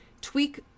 tweak